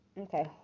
Okay